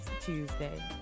Tuesday